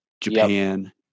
Japan